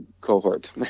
cohort